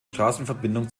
straßenverbindung